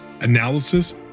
analysis